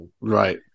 Right